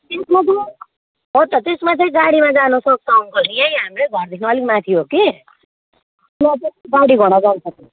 त्यसमा चाहिँ हो त त्यसमा चाहिँ गाडीमा जानु सक्छ अङ्कल यही हाम्रै घरदेखि अलिक माथि हो कि त्यहाँ चाहिँ गाडी घोडा जान्छ